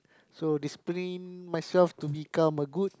so discipline myself to become a good